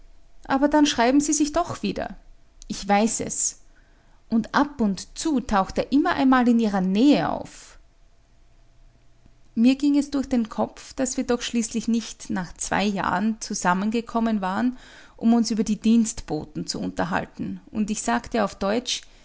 aber dann schreiben sie sich doch wieder ich weiß es und ab und zu taucht er immer einmal in ihrer nähe auf mir ging es durch den kopf daß wir doch schließlich nicht nach zwei jahren zusammengekommen waren um uns über die dienstboten zu unterhalten und ich sagte auf deutsch